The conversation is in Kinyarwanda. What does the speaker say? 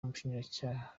umushinjacyaha